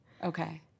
Okay